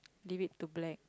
leave it to black